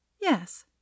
Yes